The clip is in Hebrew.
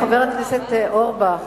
חבר הכנסת אורבך,